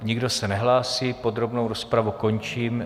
Nikdo se nehlásí, podrobnou rozpravu končím.